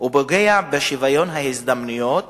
ופוגע בשוויון ההזדמנויות